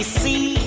see